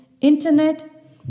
internet